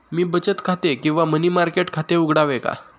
मी बचत खाते किंवा मनी मार्केट खाते उघडावे का?